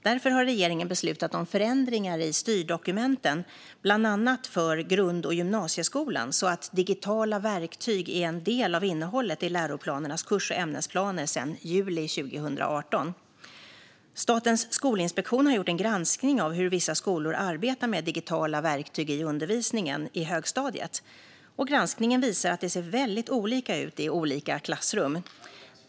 Därför har regeringen beslutat om förändringar i styrdokumenten bland annat för grund och gymnasieskolan så att digitala verktyg är en del av innehållet i läroplanernas kurs och ämnesplaner sedan juli 2018. Statens skolinspektion har gjort en granskning av hur vissa skolor arbetar med digitala verktyg i undervisningen i högstadiet. Granskningen visar att det ser väldigt olika ut i olika klassrum.